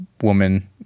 woman